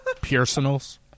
Personals